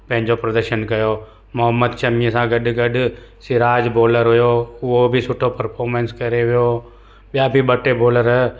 पंहिंजो प्रदर्शन कयो मोहम्मद शमीअ सां गॾु गॾु शिराज बॉलर हुयो उहो बि सुठो परफॉर्मैंस करे वियो ॿिया बि ॿ टे बॉलर